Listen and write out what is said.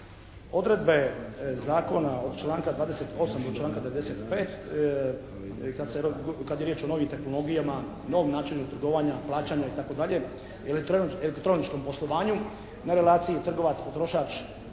Odredbe zakona od članka 28. do članka 95. kad se, kad je riječ o novim tehnologijama, novom načinu trgovanja, plaćanja i tako dalje, elektroničkom poslovanju na relaciji trgovac-potrošač